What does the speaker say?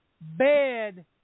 bed